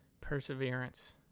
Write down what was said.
perseverance